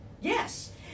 Yes